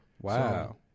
Wow